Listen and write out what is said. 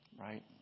right